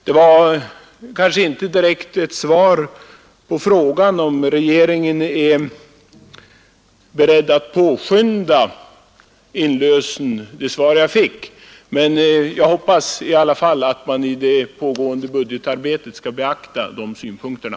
Jag fick kanske inte ett direkt svar på frågan om en är beredd att påskynda inlösen. Men jag hoppas i alla fall att ende budgetarbetet skall beakta de synpunkterna.